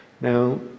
Now